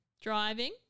Driving